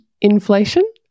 inflation